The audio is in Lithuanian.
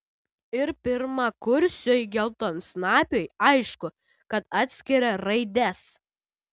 ir pirmakursiui geltonsnapiui aišku kad atskiria raides